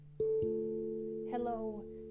Hello